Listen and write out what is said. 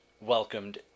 welcomed